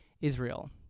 Israel